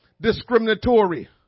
Discriminatory